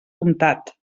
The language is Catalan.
comptat